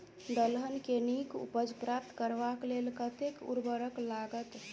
दलहन केँ नीक उपज प्राप्त करबाक लेल कतेक उर्वरक लागत?